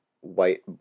white